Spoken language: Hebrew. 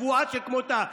צבועה שכמותה.